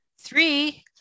three